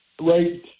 right